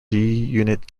unit